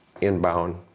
inbound